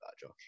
Josh